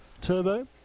turbo